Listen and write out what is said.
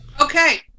Okay